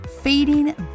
feeding